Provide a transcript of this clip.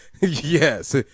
Yes